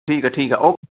ਠੀਕ ਹੈ ਠੀਕ ਹੈ ਓਕੇ